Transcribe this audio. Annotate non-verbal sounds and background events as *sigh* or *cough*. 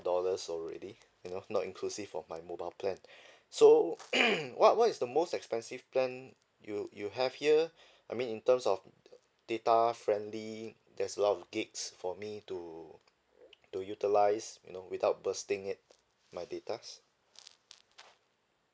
dollars ready you know not inclusive of my mobile plan *breath* so *coughs* what what is the most expensive plan you you have here I mean in terms of data friendly there's a lot of gigs for me to to utilise you know without bursting it my data's